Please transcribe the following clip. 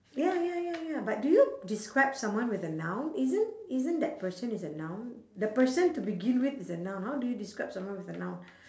ya ya ya ya but do you describe someone with a noun isn't isn't that person is a noun the person to begin with is a noun how do you describe someone with a noun